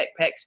backpacks